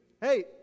hey